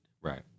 Right